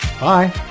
Bye